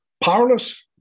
powerless